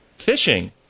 fishing